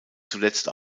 zuletzt